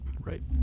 Right